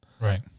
Right